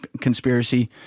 conspiracy